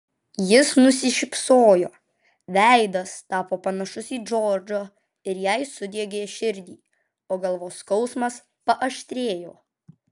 jis nusišypsojo veidas tapo panašus į džordžo ir jai sudiegė širdį o galvos skausmas paaštrėjo